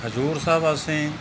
ਹਜ਼ੂਰ ਸਾਹਿਬ ਅਸੀਂ